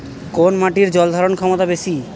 কোন মাটির জল ধারণ ক্ষমতা বেশি?